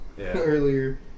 earlier